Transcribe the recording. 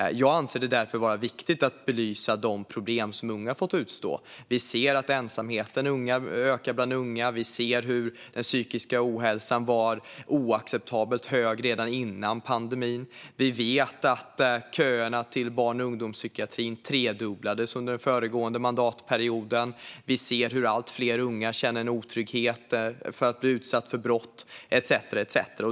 Jag anser det därför vara viktigt att belysa de problem som unga fått utstå. Vi ser att ensamheten ökar bland unga. Vi ser att den psykiska ohälsan var oacceptabelt hög redan innan pandemin. Vi vet att köerna till barn och ungdomspsykiatrin tredubblades under den föregående mandatperioden. Vi ser att allt fler unga känner otrygghet för att bli utsatta för brott - etcetera.